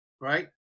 right